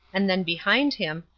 and then behind him,